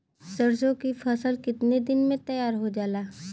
सरसों की फसल कितने दिन में तैयार हो जाला?